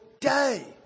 day